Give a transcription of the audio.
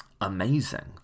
amazing